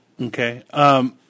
Okay